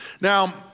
Now